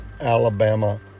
Alabama